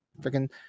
freaking